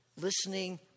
listening